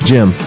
Jim